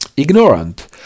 Ignorant